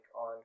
on